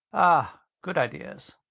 ah! good ideas.